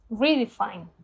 redefine